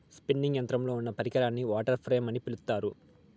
spinning యంత్రంలో ఉండే పరికరాన్ని వాటర్ ఫ్రేమ్ అని పిలుత్తారు